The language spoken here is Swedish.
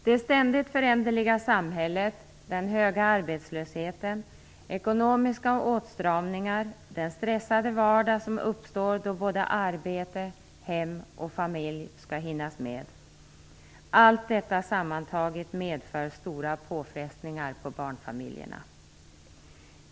Det ständigt föränderliga samhället, den höga arbetslösheten, ekonomiska åtstramningar, den stressade vardag som uppstår då arbete, hem och familj skall hinnas med - allt detta sammantaget medför stora påfrestningar på barnfamiljerna.